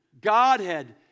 Godhead